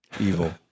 evil